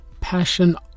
Passion